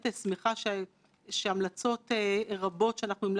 לא יישארו על הנייר אלא יבואו לידי ביטוי הלכה למעשה.